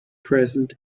present